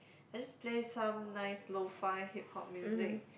I just play some nice lo-fi Hip-Hop music